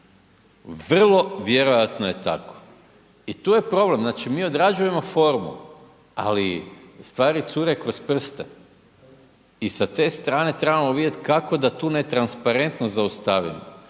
Vrlo vjerojatno je tako. I tu je problem, znači mi odrađujemo formu, ali stvari cure kroz prste. I sa te strane trebamo vidjeti kako da tu netransparentnost zaustavimo,